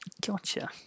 Gotcha